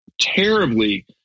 terribly